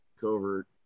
covert